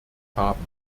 haben